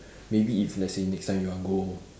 maybe if let's say next time you want go